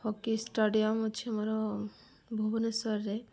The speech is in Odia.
ହକି ଷ୍ଟାଡ଼ିୟମ ଅଛି ଆମର ଭୁବନେଶ୍ୱରରେ